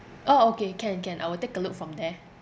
orh okay can can I will take a look from there